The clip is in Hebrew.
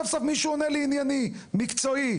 סוף סוף מישהו עונה לי ענייני, מקצועי.